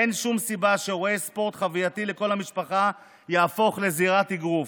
אין שום סיבה שאירוע ספורט חווייתי לכל המשפחה יהפוך לזירת אגרוף.